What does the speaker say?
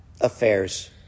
affairs